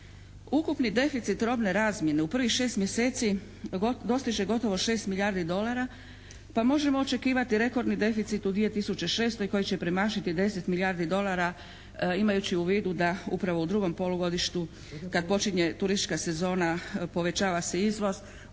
Ukupni deficit robne razmjene u prvih šest mjeseci dostiže gotovo 6 milijardi dolara pa možemo očekivati rekordni deficit u 2006. koji će premašiti 10 milijardi dolara imajući u vidu da upravo u drugom polugodištu kada počinje turistička sezona povećava se izvoz,